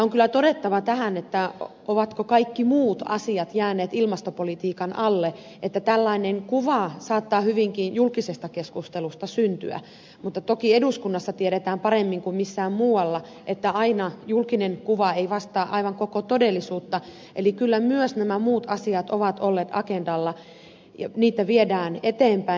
on kyllä todettava tähän ovatko kaikki muut asiat jääneet ilmastopolitiikan alle että tällainen kuva saattaa hyvinkin julkisesta keskustelusta syntyä mutta toki eduskunnassa tiedetään paremmin kuin missään muualla että aina julkinen kuva ei vastaa aivan koko todellisuutta eli kyllä myös nämä muut asiat ovat olleet agendalla niitä viedään eteenpäin